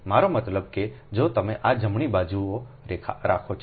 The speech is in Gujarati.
મારો મતલબ કે જો તમે આ જમણી બાજુએ રાખો છો